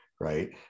right